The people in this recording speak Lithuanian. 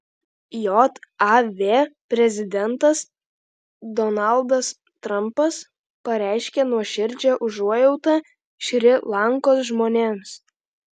jav prezidentas donaldas trampas pareiškė nuoširdžią užuojautą šri lankos žmonėms